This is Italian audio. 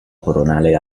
coronale